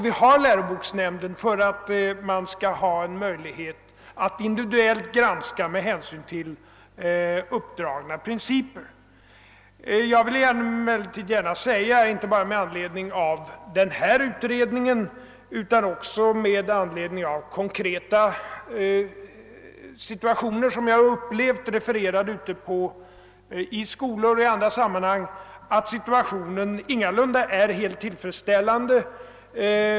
Vi har läroboksnämnden för att man skall ha möjlighet att individuellt granska med hänsyn till uppdragna principer. Inte bara med anledning av den här utredningen utan också med anledning av konkreta situationer som jag upplevt och refererade situationer ute i skolorna och i andra sammanhang vill jag säga att läget ingalunda är helt tillfredsställande.